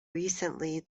recently